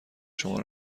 شما